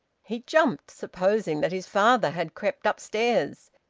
he jumped, supposing that his father had crept upstairs.